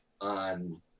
on